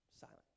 silent